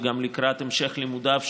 וגם לקראת המשך לימודיו,